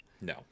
No